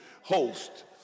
host